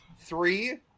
three